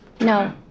No